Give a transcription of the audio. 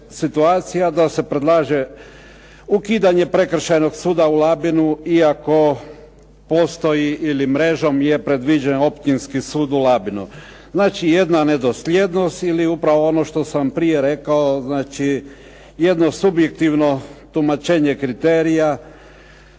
da se predlaže ukidanje Prekršajnog suda u Labinu iako postoji ili mrežom je predviđen Općinski sud u Labinu. Znači jedna nedosljednost, ili upravo ono što sam prije rekao, znači jedno subjektivno tumačenje kriterija